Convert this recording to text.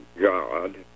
God